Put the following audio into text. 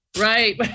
Right